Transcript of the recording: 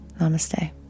Namaste